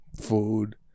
food